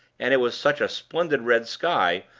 and it was such a splendid red sky,